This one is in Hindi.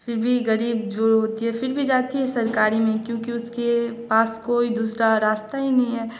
फ़िर भी गरीब जो होती है फ़िर भी जाती है सरकारी में क्योंकि उसके पास कोई दूसरा रास्ता ही नहीं है